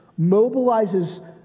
mobilizes